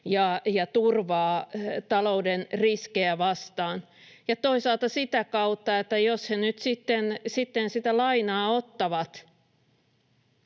ja turvaa talouden riskejä vastaan, ja toisaalta jos he nyt sitten sitä lainaa ottavat,